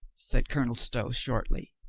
said colonel stow shortly.